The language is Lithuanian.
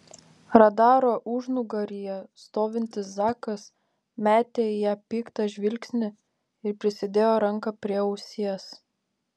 radaro užnugaryje stovintis zakas metė į ją piktą žvilgsnį ir prisidėjo ranką prie ausies